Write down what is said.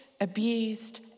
abused